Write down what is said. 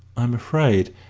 i'm afraid,